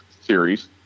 series